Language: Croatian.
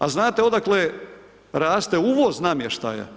A znate odakle raste uvoz namještaja?